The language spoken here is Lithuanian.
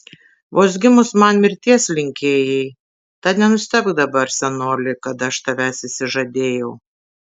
vos gimus man mirties linkėjai tad nenustebk dabar senoli kad aš tavęs išsižadėjau